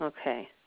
Okay